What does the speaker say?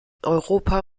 europa